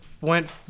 went –